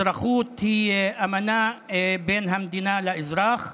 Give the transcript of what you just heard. אזרחות היא אמנה בין המדינה לאזרח,